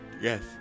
Yes